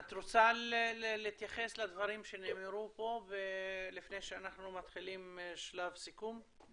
את רוצה להתייחס לדברים שנאמרו פה לפני שאנחנו מתחילים שלב סיכום?